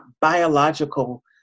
biological